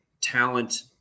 talent